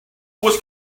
was